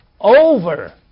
over